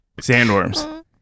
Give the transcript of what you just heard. Sandworms